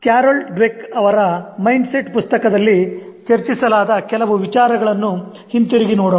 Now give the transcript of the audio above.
Carol dweck ಅವರ mindset ಪುಸ್ತಕದಲ್ಲಿ ಚರ್ಚಿಸಲಾದ ಕೆಲವು ವಿಚಾರಗಳನ್ನು ಹಿಂತಿರುಗಿ ನೋಡೋಣ